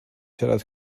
siarad